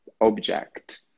object